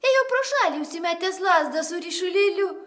ėjo pro šalį užsimetęs lazdą su ryšulėliu